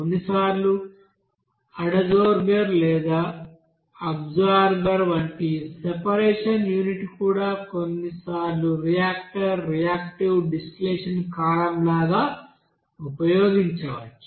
కొన్నిసార్లు అడసోర్బెర్ లేదా అబ్జార్బర్ వంటి సెపరేషన్ యూనిట్ కూడా కొన్నిసార్లు రియాక్టర్ రియాక్టివ్ డిస్టిలేషన్ కాలమ్ లాగా ఉపయోగించవచ్చు